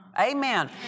Amen